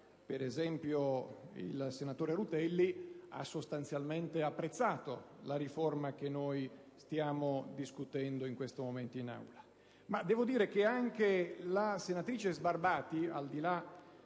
ad esempio, il senatore Rutelli ha sostanzialmente apprezzato la riforma che stiamo discutendo in questo momento in Aula e devo dire che anche la senatrice Sbarbati, al di là